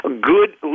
Good